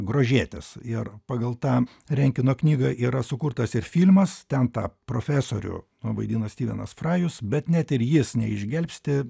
grožėtis ir pagal tą renkeno knyga yra sukurtas ir filmas ten tą profesorių vaidino styvenas frajus bet net ir jis neišgelbsti